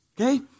okay